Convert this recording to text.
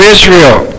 Israel